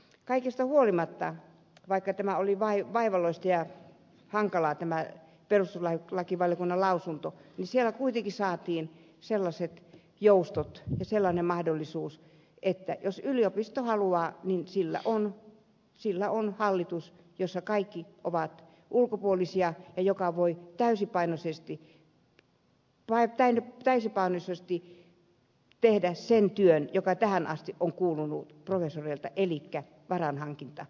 kaikesta huolimatta vaikka tämä perustuslakivaliokunnan lausunto oli vaivalloinen ja hankala tämä peruslait lakivaliokunnan lausunto kyse siellä kuitenkin saatiin sellaiset joustot ja sellainen mahdollisuus että jos yliopisto haluaa niin sillä on hallitus jossa kaikki ovat ulkopuolisia ja joka voi täysipainoisesti tehdä sen työn joka tähän asti on kuulunut professoreille elikkä varainhankinnan